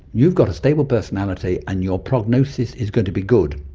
you've got a stable personality and your prognosis is going to be good,